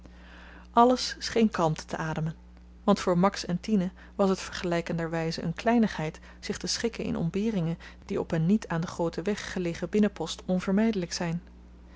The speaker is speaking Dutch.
alles scheen kalmte te ademen want voor max en tine was t vergelykenderwyze een kleinigheid zich te schikken in ontberingen die op een niet aan den grooten weg gelegen binnenpost onvermydelyk zyn